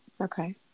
Okay